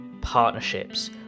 partnerships